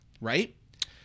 right